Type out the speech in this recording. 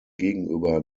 gegenüber